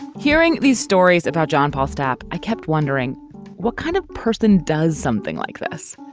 hearing these stories about john postop, i kept wondering what kind of person does something like this?